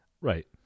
Right